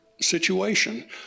situation